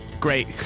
Great